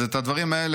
את הדברים האלה,